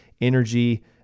energy